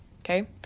okay